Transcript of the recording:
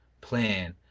plan